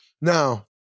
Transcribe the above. Now